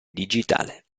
digitale